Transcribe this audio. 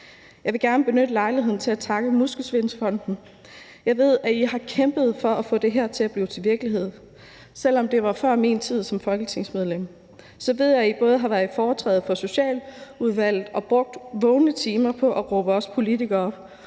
Jeg vil gerne benytte lejligheden til at takke Muskelsvindfonden. Jeg ved, at I har kæmpet for at få det her gjort til virkelighed. Selv om det var før min tid som folketingsmedlem, ved jeg, at I både har fået foretræde for Socialudvalget og brugt jeres vågne timer på at råbe os politikere op,